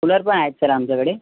cooler पण आहेत sir आमच्याकडे